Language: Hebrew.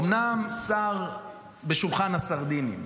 אומנם שר בשולחן הסרדינים,